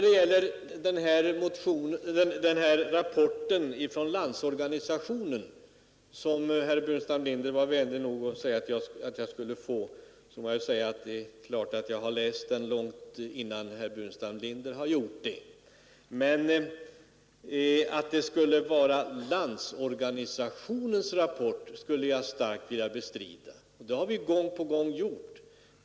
Den rapport, som herr Burenstam Linder var vänlig nog att säga att jag skulle få, har jag läst före honom. Men att det skulle vara LO:s rapport bestrider jag.